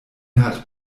hat